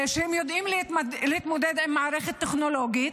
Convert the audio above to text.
שיודעים להתמודד עם מערכת טכנולוגית,